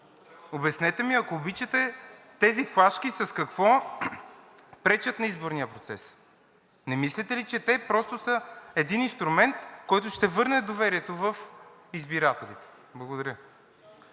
Обяснете ми, ако обичате, тези флашки с какво пречат на изборния процес? Не мислите ли, че те просто са един инструмент, който ще върне доверието в избирателите. Благодаря.